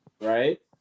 right